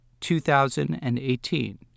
2018